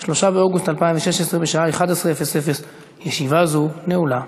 3 באוגוסט 2016, בשעה 11:00. ישיבה זו נעולה.